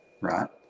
right